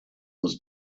was